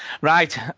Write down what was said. Right